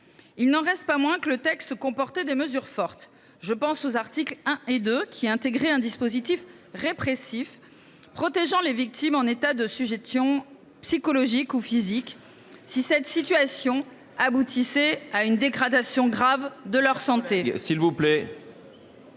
Il n’en reste pas moins que le texte du Gouvernement comportait des mesures fortes. Je pense aux articles 1 et 2, qui créaient un dispositif répressif protégeant les victimes d’un état de sujétion psychologique ou physique, si cette situation aboutissait à une dégradation grave de leur santé.